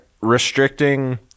restricting